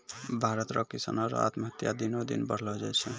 भारत रो किसानो रो आत्महत्या दिनो दिन बढ़लो जाय छै